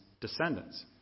descendants